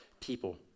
people